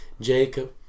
Jacob